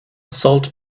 salt